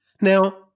Now